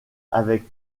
avec